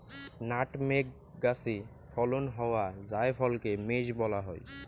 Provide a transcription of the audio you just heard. nutmeg গাছে ফলন হওয়া জায়ফলকে মেস বলা হই